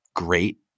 Great